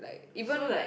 like even like